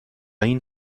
این